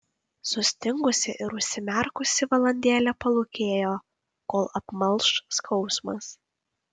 sustingusi ir užsimerkusi valandėlę palūkėjo kol apmalš skausmas